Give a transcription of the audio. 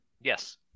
Yes